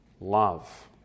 love